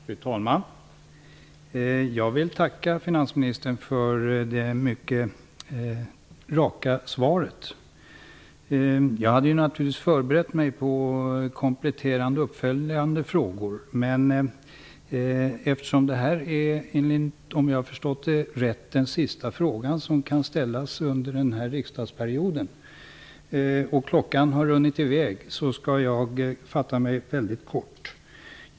Fru talman! Jag vill tacka finansministern för det mycket raka svaret. Jag hade naturligtvis förberett mig med kompletterande, uppföljande frågor. Men om jag har förstått det rätt är detta den sista frågan som kan ställas under denna riksdagsperiod, och klockan har runnit i väg. Jag skall därför fatta mig mycket kort.